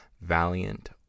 valiant